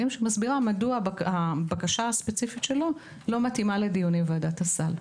ומסבירה מדוע הבקשה הספציפית שלו לא מתאימה לדיוני ועדת הסל.